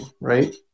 right